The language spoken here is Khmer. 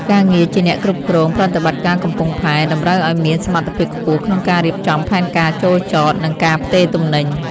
ការងារជាអ្នកគ្រប់គ្រងប្រតិបត្តិការកំពង់ផែ តម្រូវឱ្យមានសមត្ថភាពខ្ពស់ក្នុងការរៀបចំផែនការចូលចត និងការផ្ទេរទំនិញ។